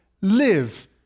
live